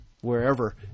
wherever